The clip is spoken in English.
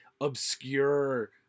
obscure